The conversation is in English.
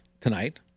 tonight